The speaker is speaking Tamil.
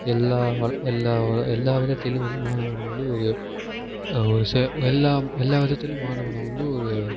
எல்லாம் வாழ் எல்லாம் எல்லாம் விதத்திலும் மாணவன் வந்து ஒரு ஒரு சே எல்லாம் எல்லாம் விதத்திலும் மாணவனை வந்து ஒரு